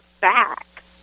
back